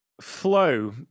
flow